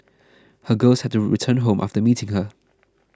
her girls had to return home after meeting her